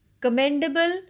commendable